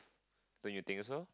don't you think so